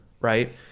right